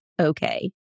okay